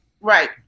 Right